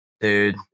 dude